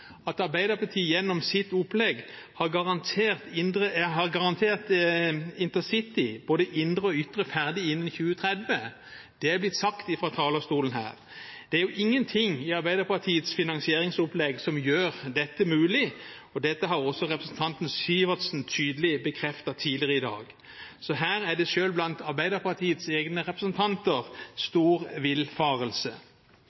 at Arbeiderpartiet gjennom sitt opplegg har garantert intercity, både Indre og Ytre, ferdig innen 2030. Det er blitt sagt her fra talerstolen. Det er ingenting i Arbeiderpartiets finansieringsopplegg som gjør dette mulig, og det har også representanten Sivertsen tydelig bekreftet tidligere i dag. Så her er det selv blant Arbeiderpartiets egne representanter